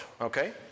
okay